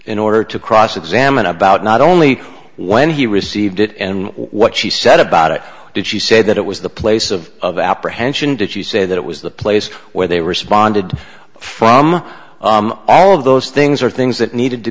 in order to cross examine about not only when he received it and what she said about it did she say that it was the place of of apprehension did she say that it was the place where they responded from all of those things or things that needed to